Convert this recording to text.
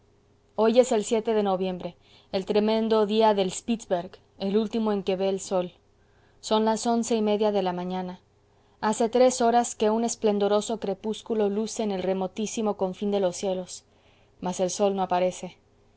hoy es el de noviembre el tremendo día del spitzberg el último en que ve el sol son las once y media de la mañana hace tres horas que un esplendoroso crepúsculo luce en el remotísimo confín de los cielos mas el sol no aparece